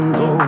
go